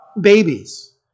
babies